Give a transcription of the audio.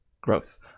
Gross